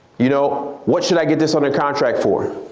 you know what should i get this under contract for?